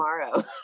tomorrow